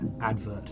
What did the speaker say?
advert